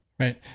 Right